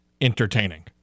entertaining